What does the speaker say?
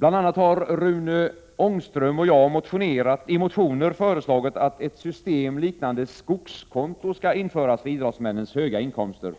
motionen har Rune Ångström och jag t.ex. föreslagit att ett system liknande skogskonto skall införas för idrottsmännens höga inkomster.